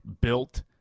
built